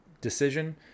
decision